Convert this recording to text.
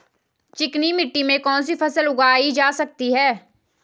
चिकनी मिट्टी में कौन सी फसल उगाई जा सकती है?